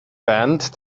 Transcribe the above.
band